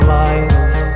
life